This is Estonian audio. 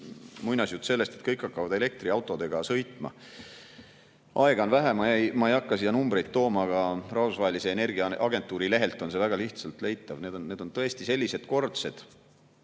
muinasjuttu sellest, et kõik hakkavad elektriautodega sõitma. Aega on, ma ei hakka siin numbreid tooma, Rahvusvahelise Energiaagentuuri lehelt on need väga lihtsalt leitavad. Need on tõesti nii [mitme]kordsed,